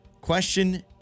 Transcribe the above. Question